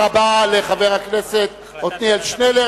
תודה רבה לחבר הכנסת עתניאל שנלר.